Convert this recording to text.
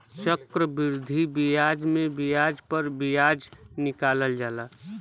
चक्रवृद्धि बियाज मे बियाज प बियाज निकालल जाला